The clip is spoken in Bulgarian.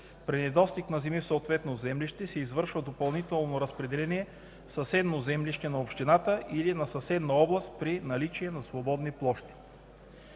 При недостиг на земи в съответно землище се извършва допълнително разпределение в съседно землище на общината или на съседна област при наличие на свободни площи.